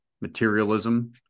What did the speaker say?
materialism